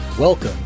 Welcome